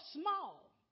small